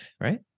right